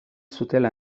zutela